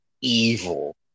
evil